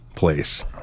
place